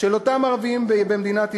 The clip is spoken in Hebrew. של אותם ערבים במדינת ישראל,